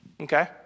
Okay